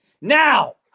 Now